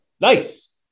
Nice